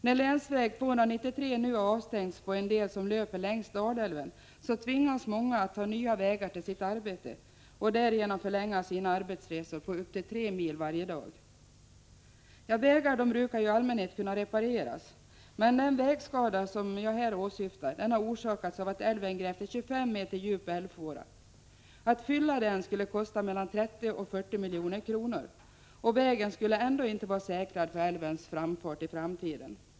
När länsväg 293 nu har avstängts på en del som löper längs Dalälven tvingas många att ta nya vägar till sitt arbete och därigenom förlänga sina arbetsresor med upp till tre mil per dag. Vägar brukar i allmänhet kunna repareras, men den vägskada jag här åsyftar har orsakats av att älven grävt en 25 meter djup älvfåra. Att fylla ut den skulle kosta mellan 30 och 40 milj.kr., och vägen skulle ändå inte vara säkrad för älvens framfart i framtiden.